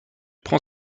prend